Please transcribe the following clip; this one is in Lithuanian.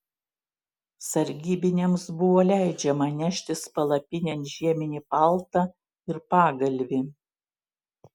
sargybiniams buvo leidžiama neštis palapinėn žieminį paltą ir pagalvį